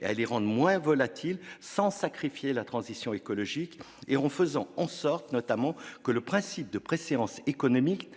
et à les rendre moins volatils sans sacrifier la transition énergétique, notamment en faisant en sorte que le principe de préséance économique